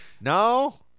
no